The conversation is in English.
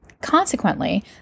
Consequently